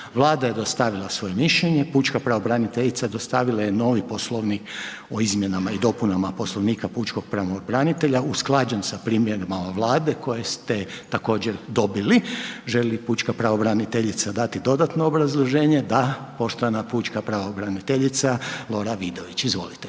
Vlada je dostavila svoje mišljenje, pučka pravobraniteljica dostavila je novi Poslovnik o izmjenama i dopunama Poslovnika pučkog pravobranitelja usklađen sa primjedbama Vlade koje ste također dobili. Želi li pučka pravobraniteljica dati dodatno obrazloženje? Da, poštovana pučka pravobraniteljica Lora Vidović, izvolite.